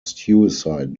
suicide